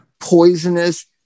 poisonous